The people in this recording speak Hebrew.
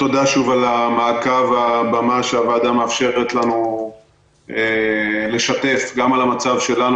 תודה שוב על המעקב ועל כך שהוועדה מאפשרת לנו לשתף גם על המצב שלנו,